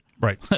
Right